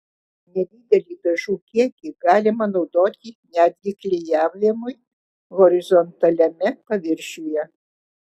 nedidelį dažų kiekį galima naudoti netgi klijavimui horizontaliame paviršiuje